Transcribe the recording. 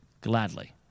gladly